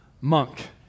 monk